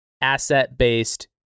asset-based